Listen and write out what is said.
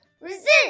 Resist